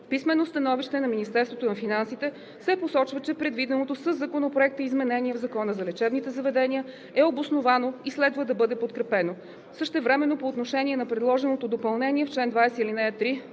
писменото становище на Министерството на финансите се посочва, че предвиденото със Законопроекта изменение в Закона за лечебните заведения е обосновано и следва да бъде подкрепено. Същевременно по отношение на предложеното допълнение в чл. 20, ал. 3